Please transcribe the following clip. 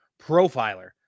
profiler